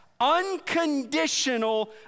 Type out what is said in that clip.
unconditional